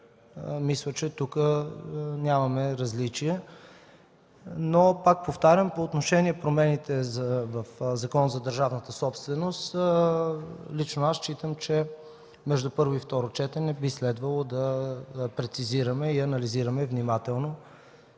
Мисля, че тук нямаме различия, но, пак повтарям, по отношение промените на Закона за държавната собственост считам, че между първо и второ четене би следвало да прецизираме и анализираме внимателно